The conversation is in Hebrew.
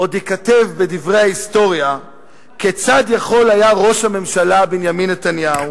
עוד ייכתב בדברי ההיסטוריה כיצד יכול היה ראש הממשלה בנימין נתניהו